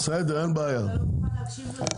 רק אתה לא מוכן להקשיב לנו.